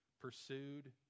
pursued